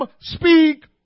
speak